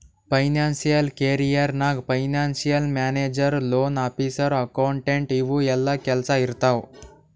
financial career ನಾಗ್ financial manager, loan officer, accountant ಇವು ಎಲ್ಲಾ ಕೆಲ್ಸಾ ಇರ್ತಾವ್